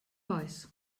weiß